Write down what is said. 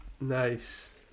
nice